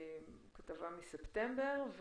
כתבה מספטמבר.